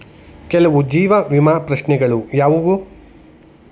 ಕೆಲವು ಜೀವ ವಿಮಾ ಪ್ರಶ್ನೆಗಳು ಯಾವುವು?